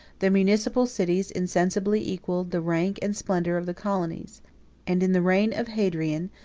the municipal cities insensibly equalled the rank and splendor of the colonies and in the reign of hadrian,